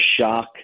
shock